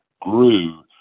grew